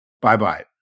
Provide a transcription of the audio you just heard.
bye-bye